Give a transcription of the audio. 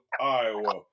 Iowa